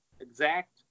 exact